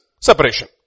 separation